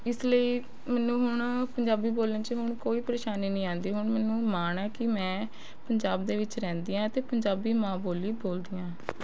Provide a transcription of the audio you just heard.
ਇਸ ਲਈ ਮੈਨੂੰ ਹੁਣ ਪੰਜਾਬੀ ਬੋਲਣ 'ਚ ਹੁਣ ਕੋਈ ਪ੍ਰੇਸ਼ਾਨੀ ਨੀ ਆਉਂਦੀ ਹੁਣ ਮੈਨੂੰ ਮਾਣ ਹੈ ਕਿ ਮੈਂ ਪੰਜਾਬ ਦੇ ਵਿੱਚ ਰਹਿੰਦੀ ਹਾਂ ਅਤੇ ਪੰਜਾਬੀ ਮਾਂ ਬੋਲੀ ਬੋਲਦੀ ਹਾਂ